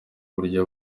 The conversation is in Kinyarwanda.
buryo